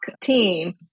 team